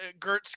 Gertz